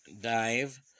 dive